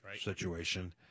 situation